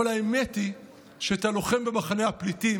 האמת היא שאת הלוחם במחנה הפליטים